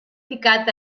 ficat